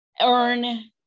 earn